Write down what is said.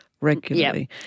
regularly